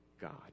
God